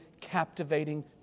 captivating